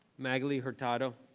magaly hurtado.